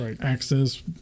access